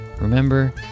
Remember